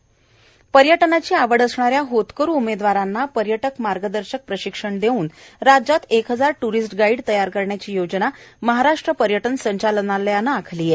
tourist guide पर्यटनाची आवड असणाऱ्या होतकरु उमेदवारांना पर्यटक मार्गदर्शक प्रशिक्षण देऊन राज्यात एक हजार ट्रीस्ट गाईड तयार करण्याची योजना महाराष्ट्र पर्यटन संचालनालयानं आखली आहे